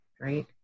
right